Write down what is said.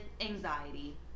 anxiety